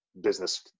business